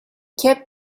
kept